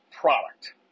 product